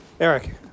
Eric